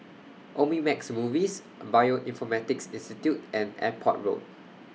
Omnimax Movies Bioinformatics Institute and Airport Road